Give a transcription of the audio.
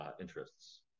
interests